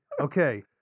Okay